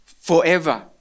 forever